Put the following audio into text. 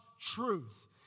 truth